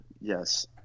Yes